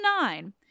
nine